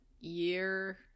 year